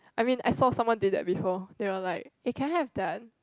I mean I saw someone did that before they are like can I have that